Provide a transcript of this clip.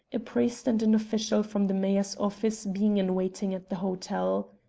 a priest and an official from the mayor's office being in waiting at the hotel.